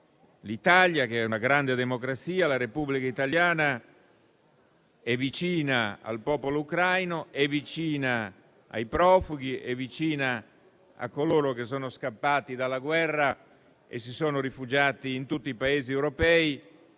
L'Italia, che è una grande democrazia, la Repubblica italiana è vicina al popolo ucraino, è vicina ai profughi ed è vicina a coloro che sono scappati dalla guerra e si sono rifugiati in tutti i Paesi europei